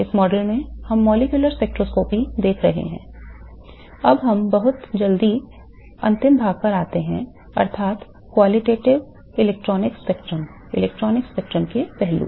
इस मॉड्यूल में हम मॉलिक्यूलर स्पेक्ट्रोस्कोपी देख रहे हैं अब हम बहुत जल्दी अंतिम भाग पर आते हैं अर्थात् गुणात्मक इलेक्ट्रॉनिक्स स्पेक्ट्रम इलेक्ट्रॉनिक्स स्पेक्ट्रम के पहलू